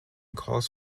calls